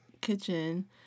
kitchen